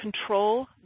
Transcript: control